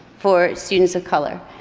for students of color,